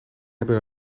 hebben